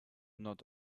not